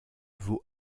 vaut